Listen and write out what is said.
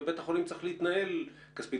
ובית החולים צריך להתנהל כספית.